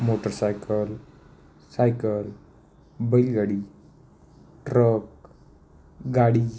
motorcycle cycle बैलगाडी truck गाडी